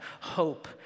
hope